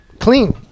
Clean